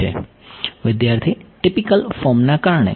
વિદ્યાર્થી ટીપીકલ ફોર્મના કારણે